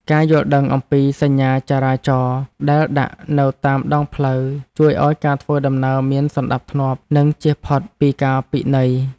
ការយល់ដឹងអំពីសញ្ញាចរាចរណ៍ដែលដាក់នៅតាមដងផ្លូវជួយឱ្យការធ្វើដំណើរមានសណ្ដាប់ធ្នាប់ និងជៀសផុតពីការពិន័យ។